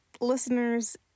listeners